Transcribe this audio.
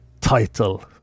title